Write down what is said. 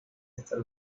estar